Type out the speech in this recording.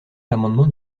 l’amendement